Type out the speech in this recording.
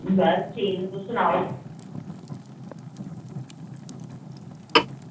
बस ठीक तुस सनाओ